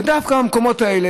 ודווקא המקומות האלה,